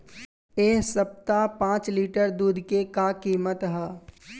एह सप्ताह पाँच लीटर दुध के का किमत ह?